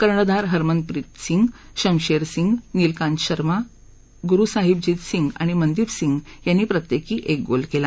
कर्णधार हरमनप्रीत सिंह शमशेर सिंह नीलकांत शर्मा गुरूसाहिबजीत सिंह आणि मनदीप सिंह यांनी प्रत्येकी एक गोल केला